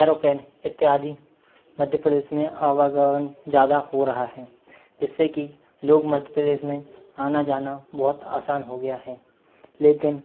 aeroplane इत्यादि मध्य प्रदेश में आवागमन ज़्यादा हो रहा है जिससे कि लोग मध प्रदेश में आना जाना बहुत आसान हो गया है लेकिन